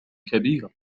كبيرة